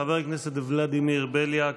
חבר הכנסת ולדימיר בליאק,